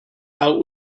out